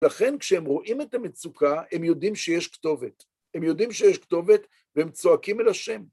לכן כשהם רואים את המצוקה, הם יודעים שיש כתובת. הם יודעים שיש כתובת והם צועקים אל השם.